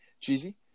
Cheesy